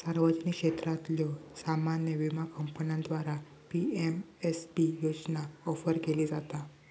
सार्वजनिक क्षेत्रातल्यो सामान्य विमा कंपन्यांद्वारा पी.एम.एस.बी योजना ऑफर केली जाता